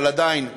אבל עדיין,